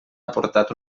aportat